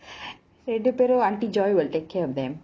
ரெண்டு பேரும்:rendu perum auntie joy will take care of them